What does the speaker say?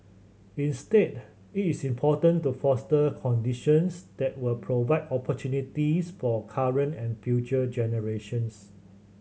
instead it is important to foster conditions that will provide opportunities for current and future generations